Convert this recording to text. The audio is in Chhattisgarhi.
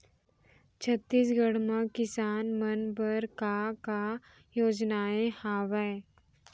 छत्तीसगढ़ म किसान मन बर का का योजनाएं हवय?